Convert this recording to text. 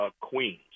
Queens